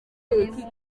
iki